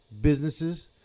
businesses